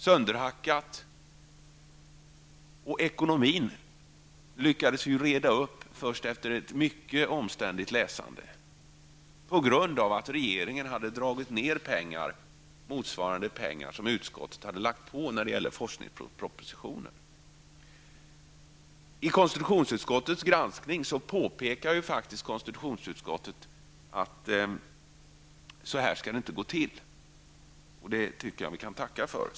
Frågorna om ekonomin lyckades vi reda ut först efter ett mycket omständigt läsande, eftersom regeringen hade dragit ned anslag motsvarande dem som utskottet hade ökat i förhållande till forskningspropositionens förslag. I konstitionsutskottets granskning påpekar faktiskt konstitutionsutskottet att det inte skall gå till så här, och det kan vi tacka för.